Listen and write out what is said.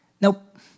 nope